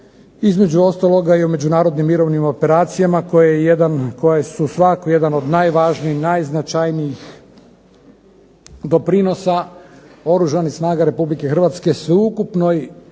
nekoliko riječi i o međunarodnim mirovnim misijama koje jedan koje su svakako jedan od najznačajnijih doprinosa Oružanih snaga Republike Hrvatske sveukupnoj